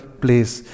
place